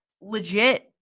legit